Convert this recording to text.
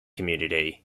community